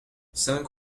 cinq